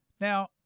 Now